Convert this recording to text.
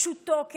פשוטו כמשמעו.